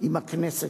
אם הכנסת,